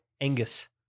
Angus